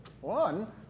One